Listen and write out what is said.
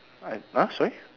i ah sorry